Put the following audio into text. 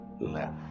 Left